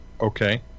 okay